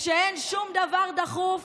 איפה נשמע דבר כזה?